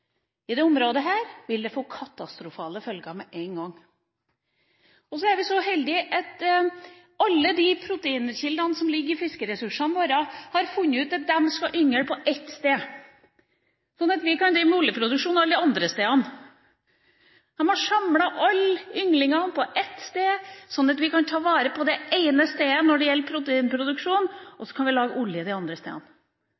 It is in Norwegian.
I dette området vil det få katastrofale følger med en gang. Så er vi så heldige at alle de proteinkildene som ligger i fiskeressursene, har funnet ut at de skal yngle på ett sted, så vi kan drive med oljeproduksjon de andre stedene. De har samlet all yngling på ett sted, slik at vi kan ta vare på det ene stedet når det gjelder proteinproduksjon,